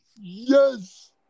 Yes